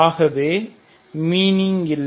ஆகவே மீனிங் இல்லை